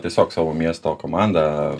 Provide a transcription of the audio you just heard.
tiesiog savo miesto komandą